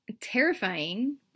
terrifying